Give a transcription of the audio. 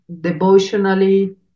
devotionally